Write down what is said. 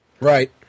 Right